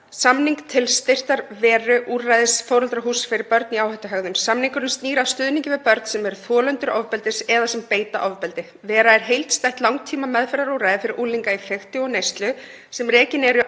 samning til styrktar Veru, úrræðis Foreldrahúss fyrir börn í áhættuhegðun. Samningurinn snýr að stuðningi við börn sem eru þolendur ofbeldis eða sem beita ofbeldi. Vera er heildstætt langtímameðferðarúrræði fyrir unglinga í fikti og neyslu sem rekið er